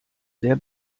sehr